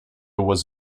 was